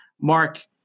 Mark